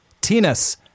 tennis